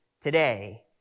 today